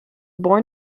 born